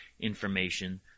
information